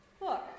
Look